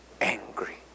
angry